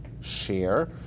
share